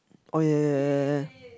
oh ya ya ya ya ya